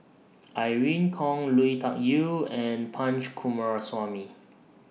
Irene Khong Lui Tuck Yew and Punch Coomaraswamy